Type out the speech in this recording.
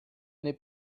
n’est